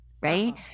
right